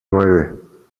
nueve